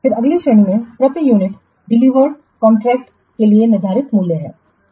फिर अगली श्रेणी में प्रति यूनिट डिलीवर्ल्ड कॉन्ट्रैक्टस के लिए निर्धारित मूल्य है